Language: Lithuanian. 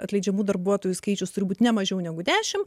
atleidžiamų darbuotojų skaičius turbūt ne mažiau negu dešim